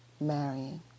marrying